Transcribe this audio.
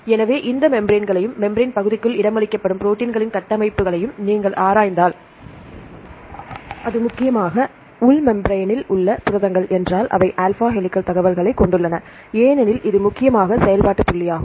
எனவே இந்த மெம்பிரான்களையும் மெம்பிரான் பகுதிக்குள் இடமளிக்கப்படும் ப்ரோடீன்களின் கட்டமைப்புகளையும் நீங்கள் ஆராய்ந்தால் அது முக்கியமாக உள் மெம்பிரேன்னில் உள்ள புரதங்கள் என்றால் அவை ஆல்பா ஹெலிகல் தகவல்களைக் கொண்டுள்ளன ஏனெனில் இது முக்கியமாக செயல்பாட்டு புள்ளியாகும்